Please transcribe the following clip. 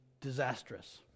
disastrous